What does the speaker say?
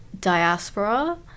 diaspora